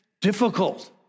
difficult